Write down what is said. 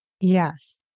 Yes